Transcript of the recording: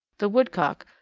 the woodcock,